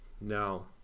Now